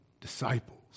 disciples